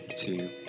Two